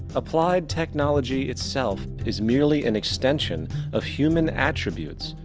applied technology itself is merely and extension of human attributes,